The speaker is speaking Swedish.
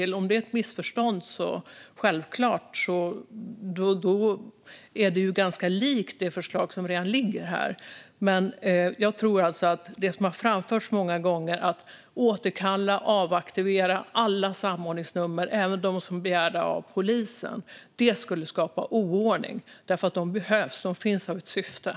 Men det kan ju vara ett missförstånd, och i så fall är det ju ganska likt det förslag som redan föreligger. Jag tror dock att det som har framförts många gånger om att återkalla och avaktivera alla samordningsnummer, även de som begärts av polisen, skulle skapa oordning, för de behövs och finns av en anledning.